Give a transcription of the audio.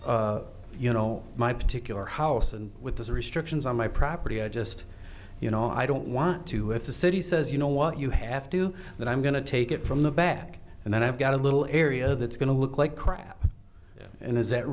you know my particular house and with the restrictions on my property i just you know i don't want to have the city says you know what you have to do that i'm going to take it from the back and then i've got a little area that's going to look like crap and is that